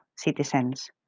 citizens